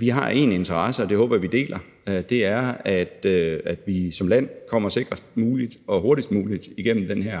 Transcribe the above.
Vi har én interesse, og den håber jeg at vi deler, nemlig at vi som land kommer sikrest muligt og hurtigst muligt igennem den her